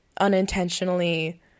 unintentionally